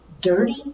dirty